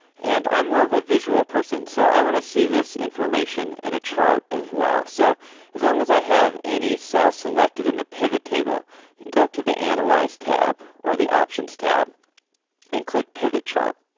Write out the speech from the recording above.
and i'm more of a visual person so i want to see this information in a chart as well so as long as i have any cell selected in the pivot table and go up to the analyze tab or the options tab and click pivot chart,